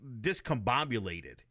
discombobulated